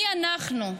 מי אנחנו?